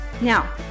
Now